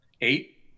eight